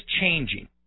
changing